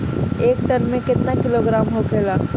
एक टन मे केतना किलोग्राम होखेला?